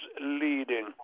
leading